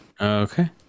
Okay